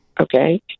Okay